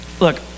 look